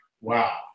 Wow